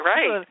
Right